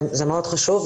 זה מאוד חשוב.